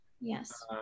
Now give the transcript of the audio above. Yes